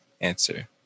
answer